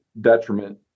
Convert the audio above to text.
detriment